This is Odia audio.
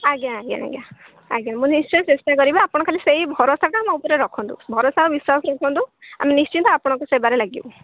ଆଜ୍ଞା ଆଜ୍ଞା ଆଜ୍ଞା ଆଜ୍ଞା ମୁଁ ନିଶ୍ଚୟ ଚେଷ୍ଟା କରିବି ଆପଣ ଖାଲି ସେଇ ଭରସାଟା ଆମ ଉପରେ ରଖନ୍ତୁ ଭରସା ଆଉ ବିଶ୍ୱାସ ରଖନ୍ତୁ ଆମେ ନିଶ୍ଚିନ୍ତ ଆପଣଙ୍କ ସେବାରେ ଲାଗିବୁ